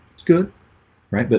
it's good right, but